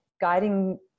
guiding